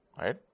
Right